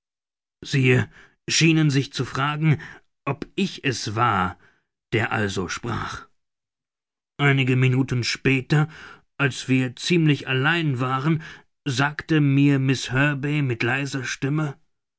sie schienen sich zu fragen ob ich es war der also sprach einige minuten später als wir ziemlich allein waren sagte mir miß herbey mit leiser stimme